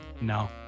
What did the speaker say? No